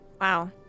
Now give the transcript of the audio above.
Wow